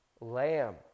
lamb